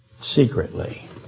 Secretly